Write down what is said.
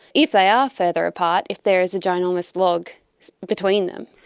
if they are further apart, if there is a ginormous log between them.